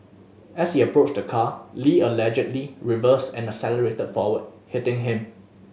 as he approached the car Lee allegedly reversed and accelerated forward hitting him